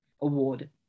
award